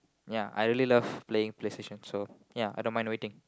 ya I really love playing Play Station so ya I don't mind waiting